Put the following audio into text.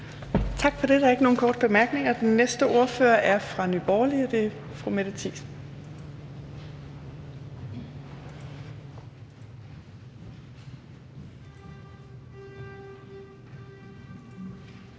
Tak for det. Der er ikke nogen korte bemærkninger. Den næste ordfører er fra Nye Borgerlige. Det er fru Mette Thiesen.